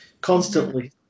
Constantly